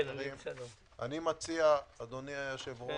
אני מציע, אדוני היושב-ראש,